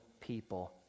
people